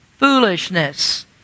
foolishness